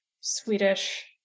Swedish